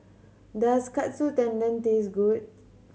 does Katsu Tendon taste good